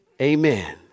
Amen